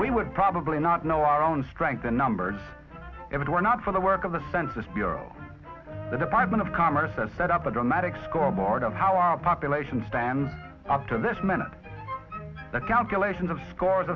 we would probably not know our own strength are numbered everywhere not for the work of the census bureau the department of commerce that set up a dramatic scorecard of how our population stand up to this minute the calculations of scores